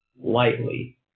lightly